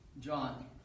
John